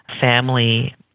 family